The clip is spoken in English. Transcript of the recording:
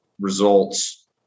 results